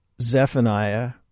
Zephaniah